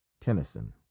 Tennyson